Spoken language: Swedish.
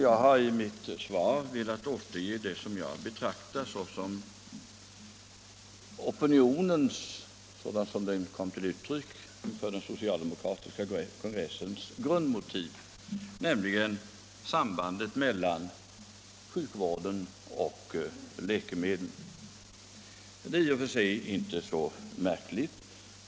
Jag har i mitt svar velat återge det som jag betraktat som opinionens grundmotiv, sådant detta kom till uttryck på den socialdemokratiska partikongressen, nämligen sambandet mellan sjukvård och läkemedel. Det är i och för sig inte så märkligt.